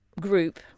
group